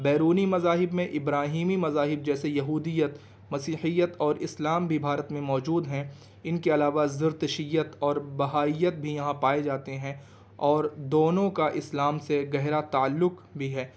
بیرونی مذاہب میں ابراہیمی مذاہب جیسے یہودیت مسیحیت اور اسلام بھی بھارت میں موجود ہیں ان کے علاوہ زرتشیت اور بہائیت بھی یہاں پائے جاتے ہیں اور دونوں کا اسلام سے گہرا تعلق بھی ہے